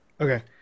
okay